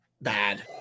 bad